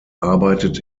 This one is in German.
arbeitet